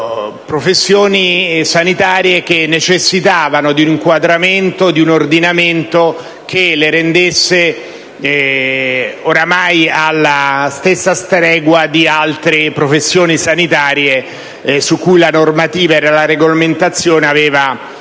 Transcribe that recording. professioni sanitarie che necessitavano di un inquadramento, di un ordinamento che le trattasse oramai alla stessa stregua di altre professioni sanitarie per le quali la normativa e la regolamentazione avevano